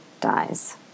dies